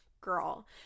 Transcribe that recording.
girl